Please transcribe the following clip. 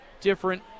different